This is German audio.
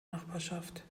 nachbarschaft